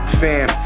fam